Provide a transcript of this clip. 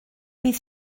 bydd